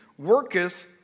worketh